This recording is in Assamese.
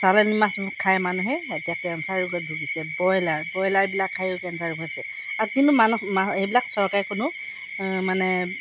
চালনী মাছ খাই মানুহে এতিয়া কেঞ্চাৰ ৰোগত ভুগিছে ব্ৰইলাৰ ব্ৰইলাৰবিলাক খায়ো কেঞ্চাৰ ৰোগ হৈছে আৰু কিন্তু মানুহ এইবিলাক চৰকাৰে কোনো মানে